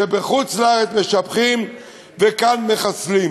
שבחוץ-לארץ משבחים וכאן מחסלים.